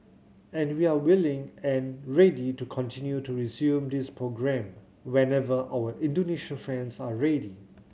and we are willing and ready to continue to resume this programme whenever our Indonesian friends are ready